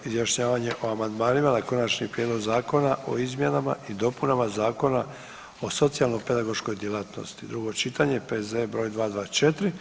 izjašnjavanje o amandmanima na Konačni prijedlog zakona o izmjenama i dopunama Zakona o socijalno-pedagoškoj djelatnosti, drugo čitanje, P.Z. br. 224.